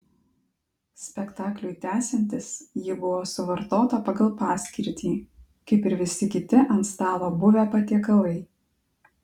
spektakliui tęsiantis ji buvo suvartota pagal paskirtį kaip ir visi kiti ant stalo buvę patiekalai